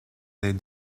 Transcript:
les